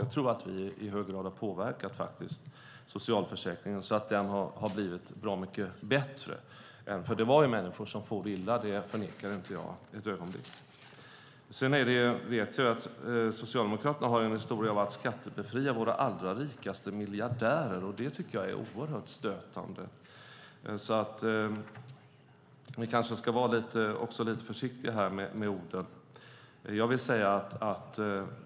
Jag tror att vi i hög grad har påverkat socialförsäkringen så att den har blivit bra mycket bättre. Det var människor som for illa. Det förnekar jag inte ett ögonblick. Jag vet att Socialdemokraterna har en historia med att skattebefria våra allra rikaste miljardärer. Det tycker jag är oerhört stötande. Ni kanske ska vara lite försiktiga här med orden.